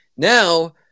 Now